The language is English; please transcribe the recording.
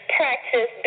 practice